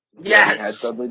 Yes